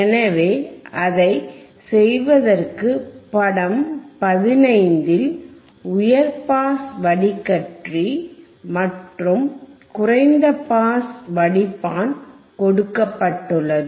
எனவே அதை செய்வதற்கு படம் 15ல் உயர் பாஸ் வடிகட்டி மற்றும் குறைந்த பாஸ் வடிப்பான் கொடுக்கப்பட்டுள்ளது